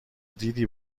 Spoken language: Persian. دیدی